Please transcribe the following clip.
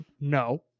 No